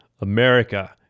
America